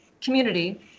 community